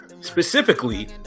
Specifically